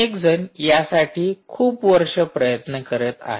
अनेक जण यासाठी खूप वर्ष प्रयत्न करत आहेत